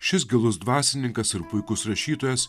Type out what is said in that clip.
šis gilus dvasininkas ir puikus rašytojas